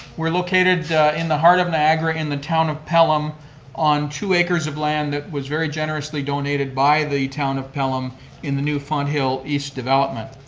we're located in the heart of niagara in the town of pelham on two acres of land that was very generously donated by the town of pelham in the newfound hill east development.